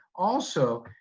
also,